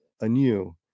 anew